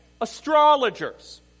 astrologers